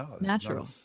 natural